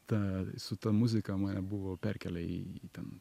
ta su ta muzika mane buvo perkėlę į ten